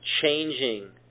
changing